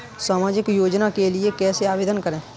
सामाजिक योजना के लिए कैसे आवेदन करें?